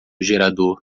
gerador